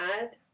add